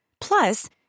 Plus